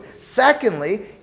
Secondly